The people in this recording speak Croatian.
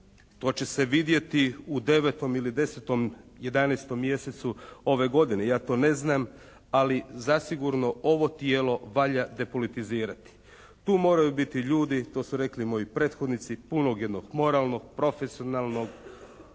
to će se vidjeti u 9. ili 10., 11. mjesecu ove godine, ja to ne znam. Ali zasigurno ovo tijelo valja depolitizirati. Tu moraju biti ljudi, to su rekli i moji prethodnici punog jednog moralnog, profesionalnog